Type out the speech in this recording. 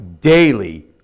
daily